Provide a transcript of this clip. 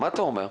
מה אתה אומר?